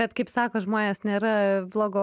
bet kaip sako žmonės nėra blogo